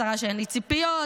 השרה שאין לי ציפיות,